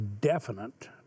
definite